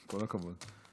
כל הכבוד.